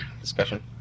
discussion